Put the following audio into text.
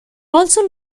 also